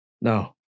No